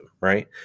Right